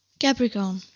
Capricorn